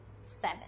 Seven